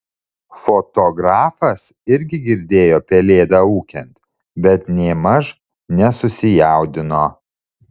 fotografas irgi girdėjo pelėdą ūkiant bet nėmaž nesusijaudino